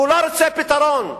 הוא לא רוצה פתרון,